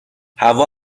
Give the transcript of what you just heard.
هوا